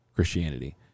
Christianity